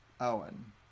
Owen